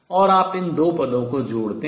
और आप इन दो पदों को जोड़ते हैं